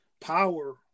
power